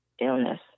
illness